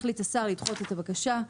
החליט השר לדחות את הבקשה,